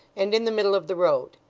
and in the middle of the road.